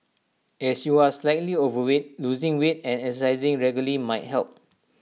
as you are slightly overweight losing weight and exercising regularly might help